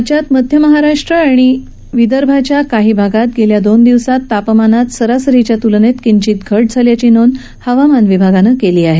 राज्यात मध्य महाराष्ट् आणि विदर्भाच्या काही भागात गेल्या दोन दिवसात तापमानात सरसरीच्या तूलनेत किंचिंत घट झाल्याची नोंद हवामान विभागानं कि आहे